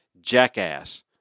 jackass